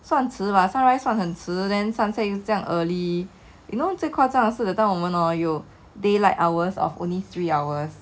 算迟 [what] sunrise 算很迟 then sunset 又这样 early you know 最夸张的是 that time 我们 hor 有 day light hours of only three hours